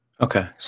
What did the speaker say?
Okay